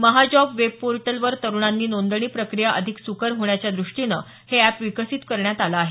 Mahajobs web पोर्टलवर तरुणांची नोंदणी प्रक्रिया अधिक सुकर होण्याच्या द्रष्टीनं हे अॅप विकसित करण्यात आलं आहे